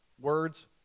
Words